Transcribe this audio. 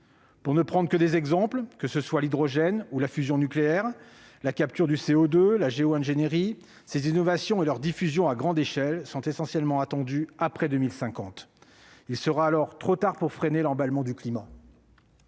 Pour ne prendre que les exemples de l'hydrogène ou de la fusion nucléaire, de la capture du CO2 ou encore de la géo-ingénierie, ces innovations et leur diffusion à grande échelle sont essentiellement attendues après 2050. Il sera alors trop tard pour freiner l'emballement du climat.